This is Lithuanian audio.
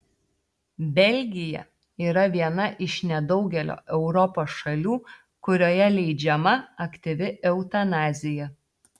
belgija yra viena iš nedaugelio europos šalių kurioje leidžiama aktyvi eutanazija